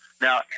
Now